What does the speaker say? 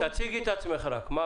אני